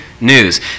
news